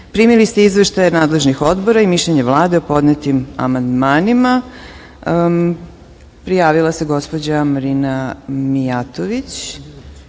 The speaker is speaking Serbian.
ste izveštaje nadležnih odbora i mišljenje Vlade o podnetim amandmanima. Prijavila se gospođa Marina Mijatović.